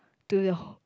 to the ho~